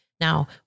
Now